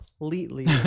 Completely